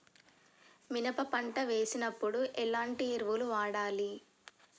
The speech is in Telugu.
మినప పంట వేసినప్పుడు ఎలాంటి ఎరువులు వాడాలి?